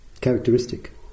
characteristic